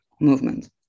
movement